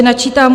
Načítám: